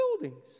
buildings